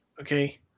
Okay